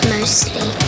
Mostly